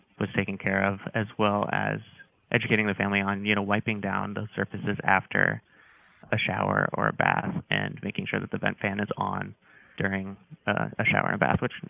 was taken care of, as well as educating the family on wiping down the surfaces after a shower or bath and making sure that the vent fan is on during a shower or bath, which